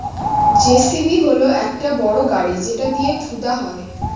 JCB হল একটা বড় গাড়ি যেটা দিয়ে খুদা হয়